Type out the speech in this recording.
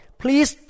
please